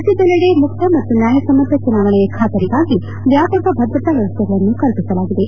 ರಾಜ್ಯದೆಲ್ಲೆಡೆ ಮುಕ್ತ ಮತ್ತು ನ್ಯಾಯಸಮ್ಹತ ಚುನಾವಣೆಯ ಬಾತರಿಗಾಗಿ ವ್ಯಾಪಕ ಭದ್ರತಾ ವ್ಯವಸ್ಥೆಗಳನ್ನು ಕಲ್ಲಿಸಲಾಗಿದೆ